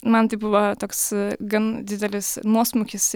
man tai buvo toks gan didelis nuosmukis